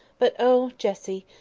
but, oh, jessie!